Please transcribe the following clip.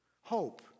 Hope